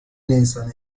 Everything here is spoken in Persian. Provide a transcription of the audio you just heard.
نیسان